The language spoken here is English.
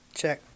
check